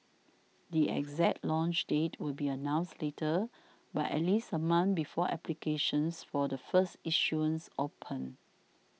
the exact launch date will be announced later but at least a month before applications for the first issuance open